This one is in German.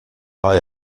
war